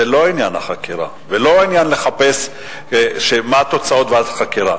זה לא עניין לחקירה ולא עניין לחפש מה התוצאות של ועדת חקירה.